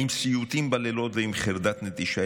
עם סיוטים בלילות ועם חרדת נטישה,